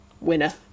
winner